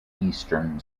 eastern